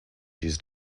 use